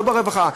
לא ברווחה,